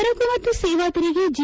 ಸರಕು ಮತ್ತು ಸೇವಾ ತೆರಿಗೆ ಜಿ